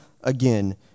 again